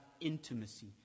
intimacy